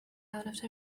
out